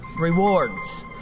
rewards